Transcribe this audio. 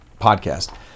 podcast